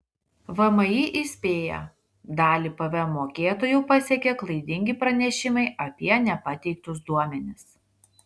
vmi įspėja dalį pvm mokėtojų pasiekė klaidingi pranešimai apie nepateiktus duomenis